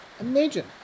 Imagine